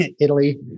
Italy